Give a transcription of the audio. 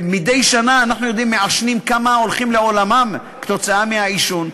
אנחנו יודעים כמה מעשנים הולכים לעולמם מדי שנה בגלל עישון,